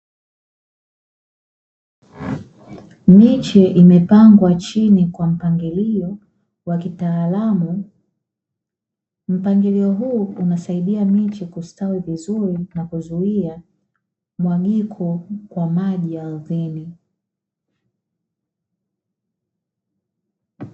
Miche imepangwa chini kwa mpangilio wa kitaalamu, mpangilio huu unasaidia miche kustawi vizuri na kuzuia mmwagiko kwa maji ardhini.